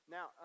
Now